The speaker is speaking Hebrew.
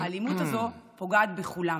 האלימות הזו פוגעת בכולם.